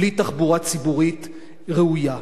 בלי תחבורה ציבורית ראויה,